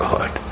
God